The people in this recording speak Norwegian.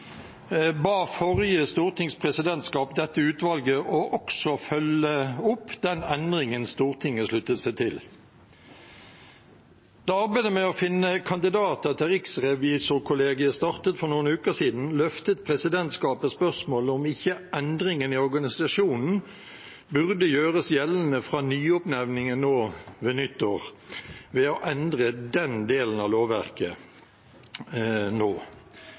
ba forrige stortings presidentskap dette utvalget om også å følge opp den endringen Stortinget sluttet seg til. Da arbeidet med å finne kandidater til riksrevisorkollegiet startet for noen uker siden, løftet presidentskapet spørsmålet: Burde ikke endringen i organisasjonen gjøres gjeldende fra nyoppnevningen ved nyttår, ved å endre den delen av lovverket nå?